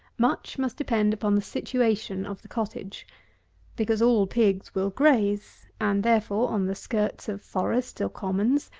much must depend upon the situation of the cottage because all pigs will graze and therefore, on the skirts of forests or commons,